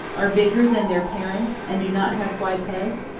are bigger than their parents and do not have white heads?